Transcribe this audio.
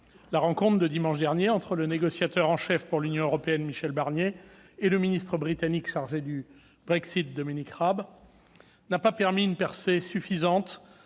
La rencontre de dimanche dernier entre le négociateur en chef pour l'Union européenne, Michel Barnier, et le ministre britannique chargé du Brexit, Dominic Raab, n'a pas permis une percée suffisante